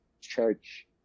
church